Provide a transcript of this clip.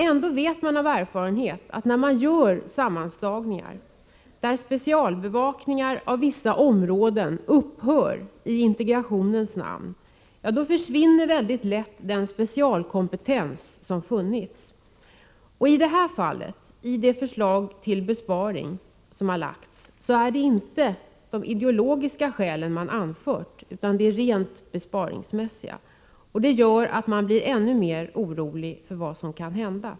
Ändå vet man av erfarenhet att när man gör sammanslagningar och specialbevakningar av vissa områden upphör i integrationens namn, försvinner mycket lätt den specialkompetens som funnits. I det här fallet, i det förslag till besparing som har lagts fram, är det inte ideologiska skäl man anfört utan rent besparingsmässiga. Det gör att man blir ännu mer orolig för vad som kan hända.